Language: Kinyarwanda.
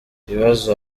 ibibazo